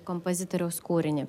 kompozitoriaus kūrinį